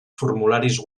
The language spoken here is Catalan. formularis